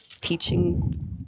teaching